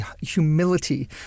humility